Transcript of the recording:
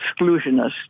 exclusionist